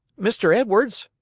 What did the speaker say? mr. edwards,